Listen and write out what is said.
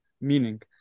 meaning